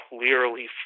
clearly